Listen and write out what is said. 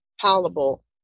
palatable